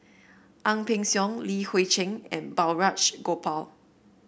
Ang Peng Siong Li Hui Cheng and Balraj Gopal